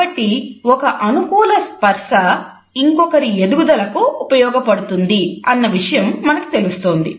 కాబట్టి ఒక అనుకూల స్పర్శ ఇంకొకరి ఎదుగుదలకు ఉపయోగ పడుతుంది అన్న విషయం మనకు తెలుస్తోంది